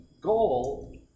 goal